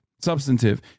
substantive